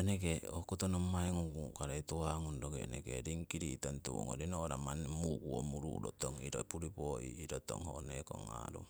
eneke hokoto nommai ngung kukarei tuhah roki eneke ringkiri tong tiwongori no'ra manni muko muru'rotong iro puripoo' i'rotong ho nekong aarung.